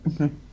Okay